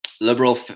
liberal